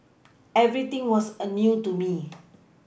everything was a new to me